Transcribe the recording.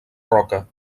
roca